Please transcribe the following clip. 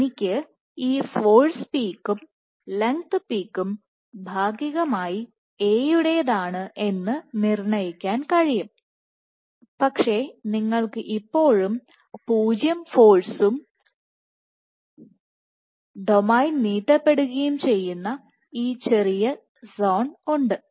അതിനാൽ എനിക്ക് ഈ ഫോഴ്സ് പീക്കും ലെങ്ത് പീക്കും ഭാഗികമായി A യുടേതാണ് എന്ന് നിർണ്ണയിക്കാൻ കഴിയും പക്ഷേ നിങ്ങൾക്ക് ഇപ്പോഴും 0 ഫോഴ്സ് ഉം ഡൊമെയ്ൻ നീട്ടപ്പെടുകയും ചെയ്യുന്ന ഈ ചെറിയ സോൺ ഉണ്ട്